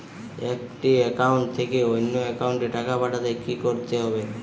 একটি একাউন্ট থেকে অন্য একাউন্টে টাকা পাঠাতে কি করতে হবে?